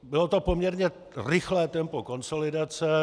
Bylo to poměrně rychlé tempo konsolidace.